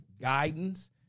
guidance